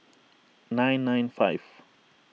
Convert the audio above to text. nine nine five